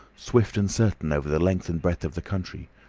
swift and certain over the length and breadth of the country,